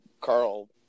Carl